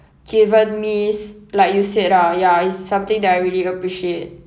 given is like you said ah ya is something that I really appreciate